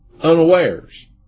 unawares